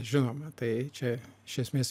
žinoma tai čia iš esmės